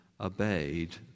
obeyed